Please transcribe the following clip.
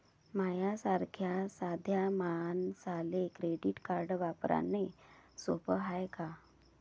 माह्या सारख्या साध्या मानसाले क्रेडिट कार्ड वापरने सोपं हाय का?